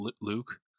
luke